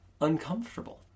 uncomfortable